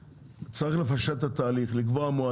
צריך "ברחל ביתך הקטנה" להגיד לו מה מותר,